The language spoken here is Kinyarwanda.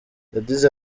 yagize